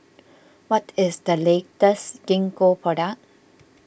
what is the latest Gingko product